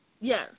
Yes